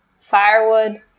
firewood